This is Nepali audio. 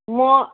म